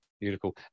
Beautiful